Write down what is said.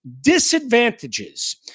disadvantages